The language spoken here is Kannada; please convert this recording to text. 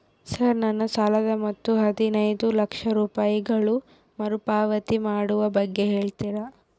ಸರ್ ನನ್ನ ಸಾಲದ ಮೊತ್ತ ಹದಿನೈದು ಲಕ್ಷ ರೂಪಾಯಿಗಳು ಮರುಪಾವತಿ ಮಾಡುವ ಬಗ್ಗೆ ಹೇಳ್ತೇರಾ?